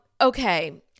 okay